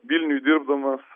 vilniuj dirbdamas